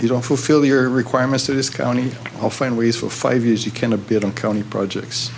you don't fulfill your requirements to this county or find ways for five years you can to bid on county projects